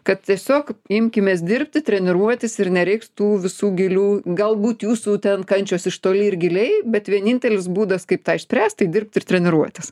kad tiesiog imkimės dirbti treniruotis ir nereiks tų visų gilių galbūt jūsų ten kančios iš toli ir giliai bet vienintelis būdas kaip tą išspręst tai dirbt ir treniruotis